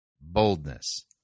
boldness